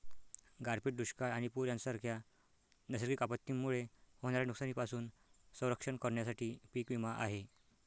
गारपीट, दुष्काळ आणि पूर यांसारख्या नैसर्गिक आपत्तींमुळे होणाऱ्या नुकसानीपासून संरक्षण करण्यासाठी पीक विमा आहे